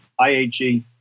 IAG